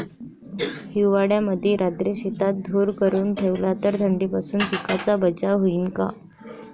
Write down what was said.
हिवाळ्यामंदी रात्री शेतात धुर करून ठेवला तर थंडीपासून पिकाचा बचाव होईन का?